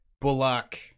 Bullock